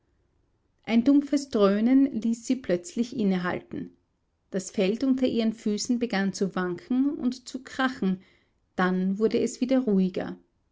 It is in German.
ein dumpfes dröhnen ließ sie plötzlich innehalten das feld unter ihren füßen begann zu wanken und zu krachen dann wurde es wieder ruhiger